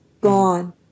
gone